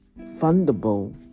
fundable